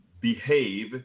behave